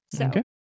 Okay